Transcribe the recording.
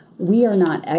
we are not,